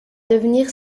devenir